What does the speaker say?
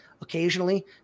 occasionally